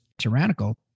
tyrannical